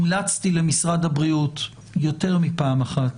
המלצתי למשרד הבריאות יותר מפעם אחת